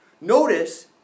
Notice